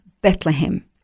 Bethlehem